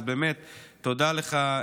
אז באמת תודה לך,